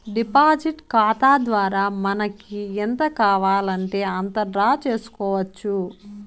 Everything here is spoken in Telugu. డిపాజిట్ ఖాతా ద్వారా మనకి ఎంత కావాలంటే అంత డ్రా చేసుకోవచ్చు